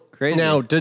now